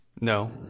No